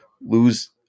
lose